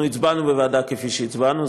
אנחנו הצבענו בוועדה כפי שהצבענו,